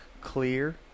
clear